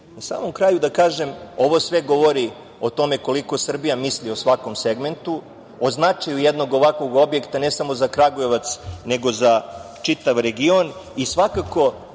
samom kraju da kažem, ovo sve govori o tome koliko Srbija misli o svakom segmentu, o značaju jednog ovakvog objekta, ne samo za Kragujevac, nego za čitav region. Svakako